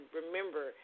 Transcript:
remember